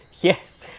Yes